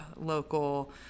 local